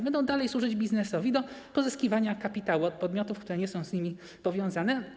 Będą dalej służyć biznesowi do pozyskiwania kapitału od podmiotów, które nie są z nimi powiązane.